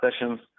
sessions